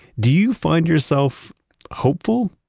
do you find yourself hopeful?